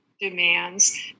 demands